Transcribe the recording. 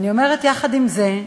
אני אומרת, יחד עם זה,